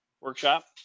workshop